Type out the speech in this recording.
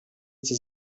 эти